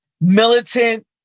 militant